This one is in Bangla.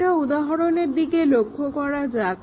একটা উদাহরণের দিকে লক্ষ্য করা যাক